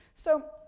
so,